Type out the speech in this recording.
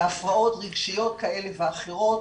להפרעות רגשיות כאלה ואחרות.